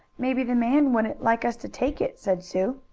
maybe the man wouldn't like us to take it, said sue.